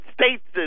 States